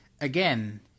again